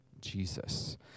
Jesus